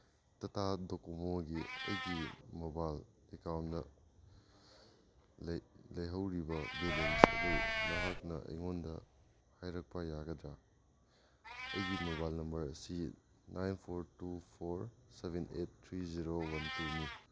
ꯇꯇꯥ ꯗꯣꯀꯣꯃꯣꯒꯤ ꯑꯩꯒꯤ ꯃꯣꯕꯥꯏꯜ ꯑꯦꯀꯥꯎꯟꯗ ꯂꯩꯍꯧꯔꯤꯕ ꯕꯦꯂꯦꯟꯁ ꯑꯗꯨ ꯅꯍꯥꯛꯅ ꯑꯩꯉꯣꯟꯗ ꯍꯥꯏꯔꯛꯄ ꯌꯥꯒꯗ꯭ꯔ ꯑꯩꯒꯤ ꯃꯣꯕꯥꯏꯜ ꯅꯝꯕꯔ ꯑꯁꯤ nine four two four seven eight three zero one ꯇꯨꯅꯤ